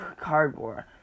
cardboard